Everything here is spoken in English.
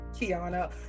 Kiana